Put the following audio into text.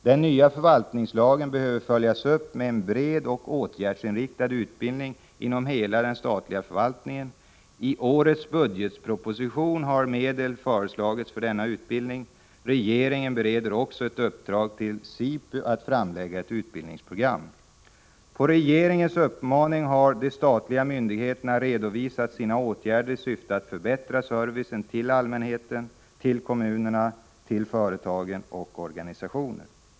Den nya förvaltningslagen behöver följas upp med en bred och åtgärdsinriktad utbildning inom hela den statliga förvaltningen. I årets budgetproposition har medel föreslagits för denna utbildning. Regeringen bereder också ett uppdrag till SIPU att framlägga ett utbildningsprogram. På regeringens uppmaning har de statliga myndigheterna redovisat sina åtgärder i syfte att förbättra servicen till allmänheten, kommuner, företag och organisationer.